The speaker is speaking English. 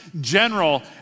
general